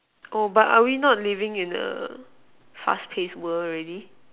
oh but are we not living in a fast paced world already